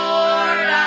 Lord